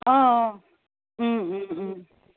অঁ